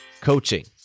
coaching